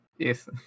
Yes